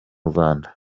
rwanda